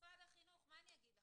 ומשרד החינוך, מה אני אגיד לכם,